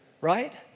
right